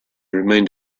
remained